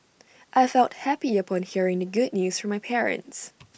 I felt happy upon hearing the good news from my parents